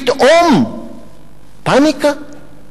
פתאום פניקה,